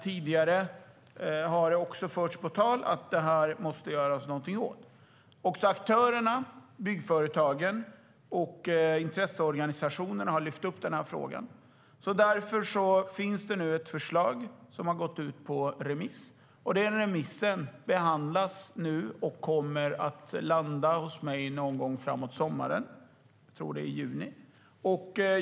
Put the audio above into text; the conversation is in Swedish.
Tidigare har det också förts på tal att man måste göra någonting åt detta. Även aktörerna - byggföretagen och intresseorganisationerna - har lyft fram denna fråga. Därför finns det nu ett förslag som har gått ut på remiss, och remissvaren kommer att hamna hos mig framåt sommaren. Jag tror att det är i juni.